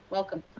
welcome.